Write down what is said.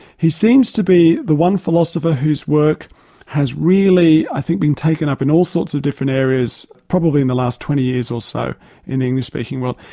he seems to be the one philosopher whose work has really i think been taken up in all sorts of different areas, probably in the last twenty years or so in the english speaking world,